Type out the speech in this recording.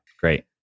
Great